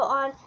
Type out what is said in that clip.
on